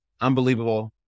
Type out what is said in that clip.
unbelievable